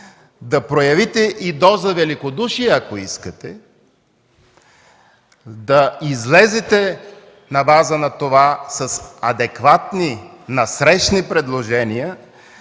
да проявят и доза великодушие, ако искате, да излязат на база на това с адекватни насрещни предложения,